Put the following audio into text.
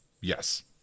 Yes